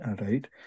Right